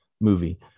movie